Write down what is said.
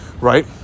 right